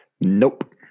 Nope